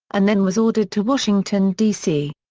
and then was ordered to washington, d c.